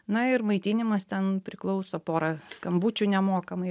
na ir maitinimas ten priklauso pora skambučių nemokamai